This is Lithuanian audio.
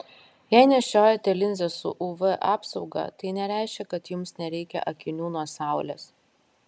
jei nešiojate linzes su uv apsauga tai nereiškia kad jums nereikia akinių nuo saulės